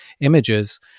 images